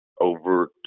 over